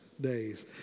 Days